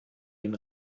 den